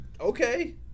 okay